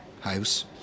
house